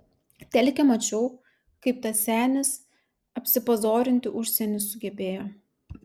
telike mačiau kaip tas senis apsipazorinti užsieny sugebėjo